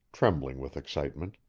trembling with excitement.